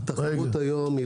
צריך להבין שהתחרות היום היא